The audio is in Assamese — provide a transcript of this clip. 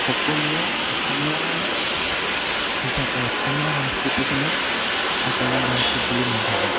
সকলোৱে অসমীয়া হিচাপে অসমীয়া সংস্কৃতিখিনিক আঁকোৱালি লোৱা উচিত বুলি মই ভাবোঁ